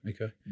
okay